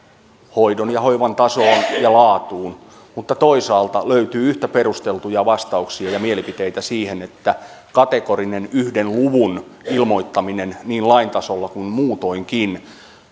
hoidon ja hoivan tasoon ja laatuun mutta toisaalta löytyy yhtä perusteltuja vastauksia ja mielipiteitä siihen että kategorinen yhden luvun ilmoittaminen niin lain tasolla kuin muutoinkin